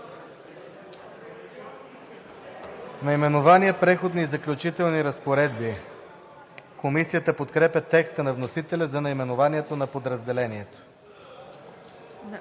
Наименование „Преходни и заключителни разпоредби“. Комисията подкрепя текста на вносителя за наименованието на подразделението.